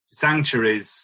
sanctuaries